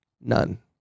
none